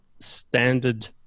standard